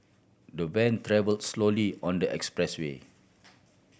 the van travelled slowly on the expressway